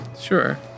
Sure